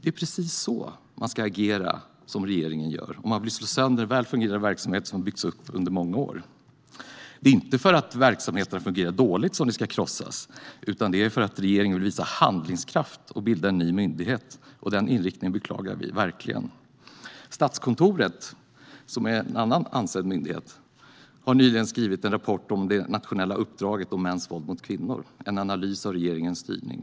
Det är precis så som man ska agera - som regeringen gör - om man vill slå sönder en väl fungerande verksamhet som har byggts upp under många år. Det är inte för att verksamheterna fungerar dåligt som de ska krossas utan för att regeringen vill visa handlingskraft genom att bilda en ny myndighet. Den inriktningen beklagar vi verkligen. Statskontoret, som är en annan ansedd myndighet, har nyligen skrivit en rapport om det nationella uppdraget om mäns våld mot kvinnor, en analys av regeringens styrning.